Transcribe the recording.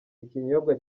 ikinyobwa